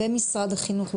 במשרד החינוך,